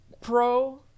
pro